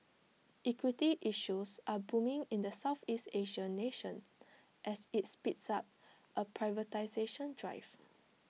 equity issues are booming in the Southeast Asian nation as IT speeds up A privatisation drive